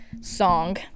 song